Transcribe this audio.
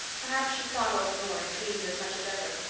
perhaps she thought all the more and dreamed as much as ever,